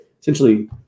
Essentially